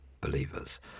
believers